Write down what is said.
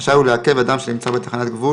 רשאי הוא לעכב אדם שנמצא בתחנת גבול